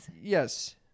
Yes